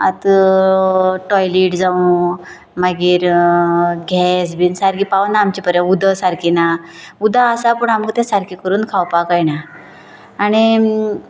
आतां टॉयलेट जावं मागीर गॅस बी सारकी पावना आमचे मेरेन उदक सारकें ना उदक आसा पूण आमकां तें सारकें करून खावपा कळना आनी